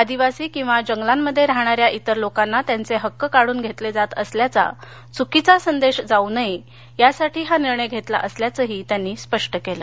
आदिवासी किंवा जंगलांमध्ये राहणाऱ्या इतर लोकांना त्यांचे हक्क काढून घेतले जात असल्याचा चुकीचा संदेश जाऊ नये यासाठी हा निर्णय घेतला असल्याचंही त्यांनी स्पष्ट केलं